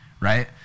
right